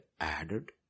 added